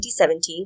2017